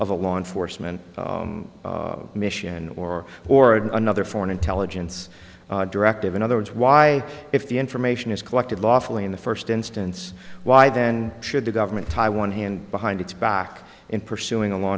of a law enforcement mission or or another foreign intelligence directive in other words why if the information is collected lawfully in the first instance why then should the government tie one hand behind its back in pursuing a law